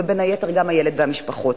ובין היתר גם הילד והמשפחות.